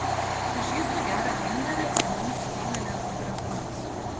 pažįstu gerą vyndarį gaminusi vyną net grafams